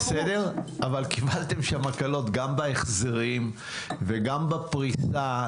אבל קיבלתם שם הקלות גם בהחזרים וגם בפריסה,